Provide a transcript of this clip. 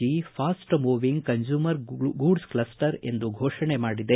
G fast moving consumer goods cluster ಎಂದು ಫೋಷಣ್ ಮಾಡಿದೆ